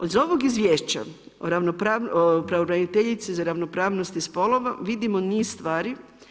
Od ovog izvješća pravobraniteljice za ravnopravnost spolova vidimo niz stvari.